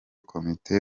komite